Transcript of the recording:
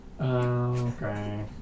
Okay